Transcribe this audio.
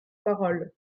parole